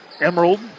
Emerald